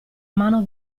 mano